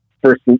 first